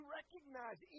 recognize